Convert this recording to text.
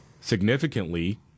significantly